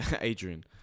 Adrian